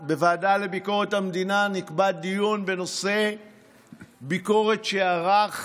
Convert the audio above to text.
דיון בוועדה לביקורת המדינה בנושא ביקורת שערך